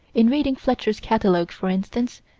in reading fletcher's catalogue, for instance,